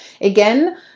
again